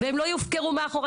והם לא יופקרו מאחור.